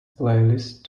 playlist